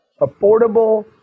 affordable